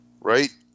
right